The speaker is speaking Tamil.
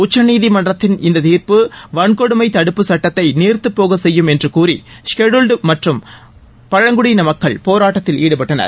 உச்சநீதிமன்றத்தின் இந்த தீர்ப்பு வன்கொடுமை தடுப்புச் சுட்டத்தை நீர்த்துப் போக செய்யும் என்று கூறி ஷெட்யூல்டு வகுப்பு மற்றம் பழங்குடியின மக்கள் போரட்டத்தில் ஈடுபட்டனர்